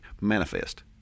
manifest